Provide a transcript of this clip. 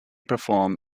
perform